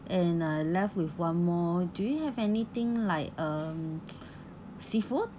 and uh left with one more do you have anything like um seafood